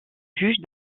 juge